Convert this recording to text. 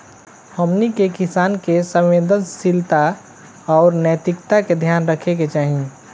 हमनी के किसान के संवेदनशीलता आउर नैतिकता के ध्यान रखे के चाही